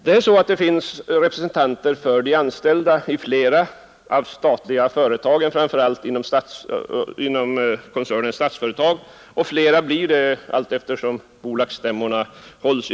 De anställda är representerade i många statliga företag, framför allt inom Statsföretag, och så blir fallet i ännu flera företag allteftersom bolags stämmorna hålls.